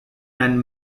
and